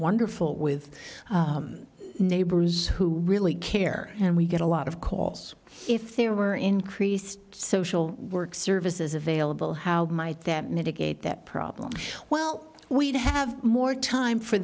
wonderful with neighbors who really care and we get a lot of calls if there were increased social work services available how might that mitigate that problem well we'd have more time for